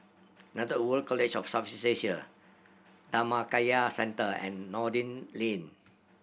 World College of Asia Dhammakaya Centre and Noordin Lane